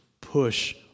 push